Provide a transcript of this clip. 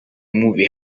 movie